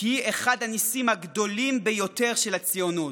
היא אחד הניסים הגדולים ביותר של הציונות.